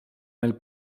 nel